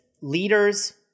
leaders